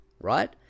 right